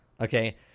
Okay